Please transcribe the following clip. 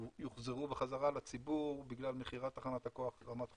יוחזרו חזרה לציבור בגלל מכירת תחנת הכוח רמת חובב.